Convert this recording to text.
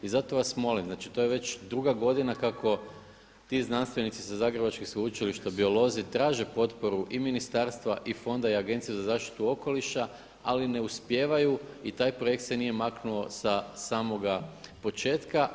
I zato vas molim, znači to je već druga godina kako ti znanstvenici sa zagrebačkih sveučilišta, biolozi traže potporu i ministarstva i fonda i Agencije za zaštitu okoliša ali ne uspijevaju i taj projekt se nije maknuo sa samoga početka.